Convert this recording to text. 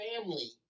family